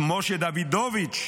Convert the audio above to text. את משה דוידוביץ';